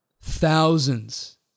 thousands